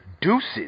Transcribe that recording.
Deuces